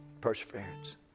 Perseverance